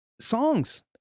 songs